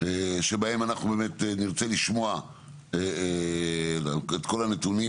שבה אנחנו נרצה לשמוע את כל הנתונים,